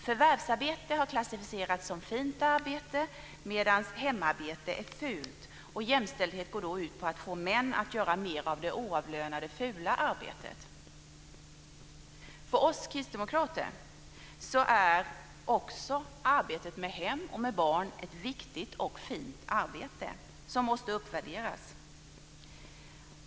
Förvärvsarbete har klassificerats som fint arbete, medan hemarbete är fult. Jämställdhet går då ut på att få män att göra mer av det oavlönade fula arbetet. För oss kristdemokrater är också arbetet med hem och barn ett viktigt och fint arbete som måste uppvärderas.